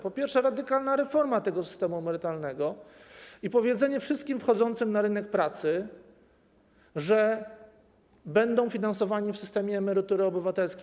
Po pierwsze, radykalna reforma tego systemu emerytalnego i powiedzenie wszystkim wchodzącym na rynek pracy, że będą finansowani w systemie emerytury obywatelskiej.